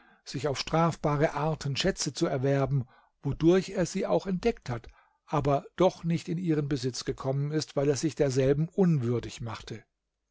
sich auf strafbare arten schätze zu erwerben wodurch er sie auch entdeckt hat aber doch nicht in ihren besitz gekommen ist weil er sich derselben unwürdig machte